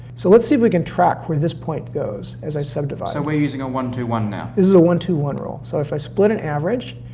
so let's see if we can track where this point goes as i subdivide so we're using a one, two, one now. this is a one, two, one rule, so if i split and average,